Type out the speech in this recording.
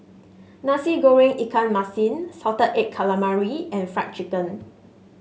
Nasi Goreng Ikan Masin Salted Egg Calamari and Fried Chicken